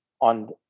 on